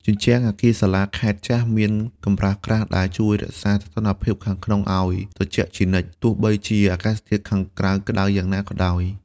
ជញ្ជាំងអគារសាលាខេត្តចាស់មានកម្រាស់ក្រាស់ ដែលជួយរក្សាសីតុណ្ហភាពខាងក្នុងឱ្យត្រជាក់ជានិច្ច ទោះបីជាអាកាសធាតុខាងក្រៅក្តៅខ្លាំងយ៉ាងណាក៏ដោយ។